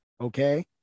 okay